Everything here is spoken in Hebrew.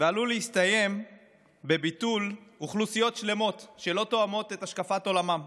ועלול להסתיים בביטול אוכלוסיות שלמות שלא תואמות את השקפת עולמם.